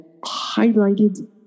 highlighted